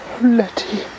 Letty